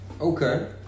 Okay